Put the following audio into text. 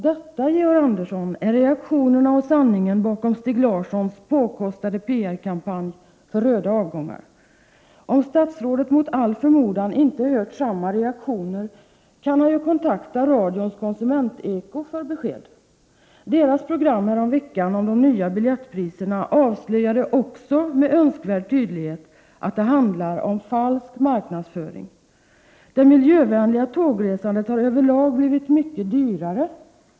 Det, Georg Andersson, är reaktionerna och sanningen bakom Stig Larssons påkostade PR-kampanj för röda avgångar. Om statsrådet mot all förmodan inte har stött på samma reaktioner, kan han kontakta radions ”Konsumenteko” för att få besked. Programmet häromveckan om de nya biljettpriserna avslöjade också med önskvärd tydlighet att det handlar om falsk marknadsföring. Det miljövänliga tågresandet har över lag blivit mycket dyrare.